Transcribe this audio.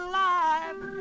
life